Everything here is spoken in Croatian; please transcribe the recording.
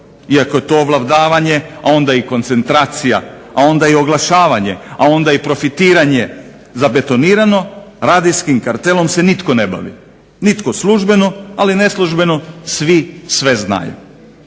iako je to ovladavanje a onda i koncentracija a onda i oglašavanje a onda i profitiranje zabetonirano, radijskim kartelom se nitko ne bavi, nitko službeno ali neslužbeno svi sve znaju.